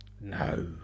No